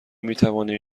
میتوانیم